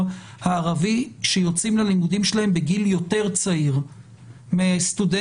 הערבי שיוצאים ללימודים שלהם בגיל יותר צעיר מסטודנטים